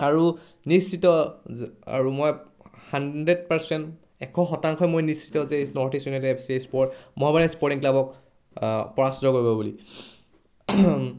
আৰু নিশ্চিত আৰু মই হাণ্ড্ৰেড পাৰ্চেণ্ট এশ শতাংশই মই নিশ্চিত যে North East United F C sport Mohammedan Sporting ক্লাবক পৰাস্ত কৰিব বুলি